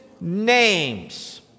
names